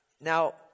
Now